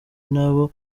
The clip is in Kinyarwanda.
nabo